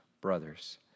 brothers